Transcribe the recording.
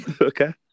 Okay